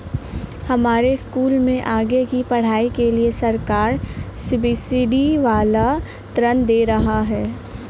हमारे स्कूल में आगे की पढ़ाई के लिए सरकार सब्सिडी वाला ऋण दे रही है